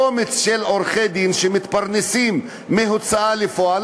קומץ של עורכי-דין שמתפרנסים מהוצאה לפועל,